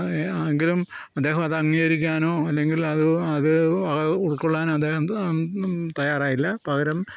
അത് എങ്കിലും അദ്ദേഹം അത് അംഗീകരിക്കാനോ അല്ലെങ്കിൽ അത് അത് ഉൾകൊള്ളാൻ അദ്ദേഹം തയ്യാറായില്ല പകരം